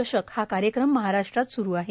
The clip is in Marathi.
चषक हा कार्यक्रम महाराष्ट्रात स्रू आहे